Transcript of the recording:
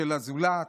של הזולת.